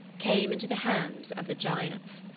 came into the hands of the giants.